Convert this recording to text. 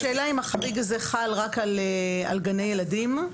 השאלה אם החריג הזה חל רק על גני ילדים.